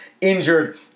injured